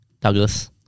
Douglas